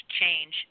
change